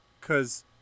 cause